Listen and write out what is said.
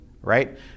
right